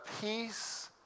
peace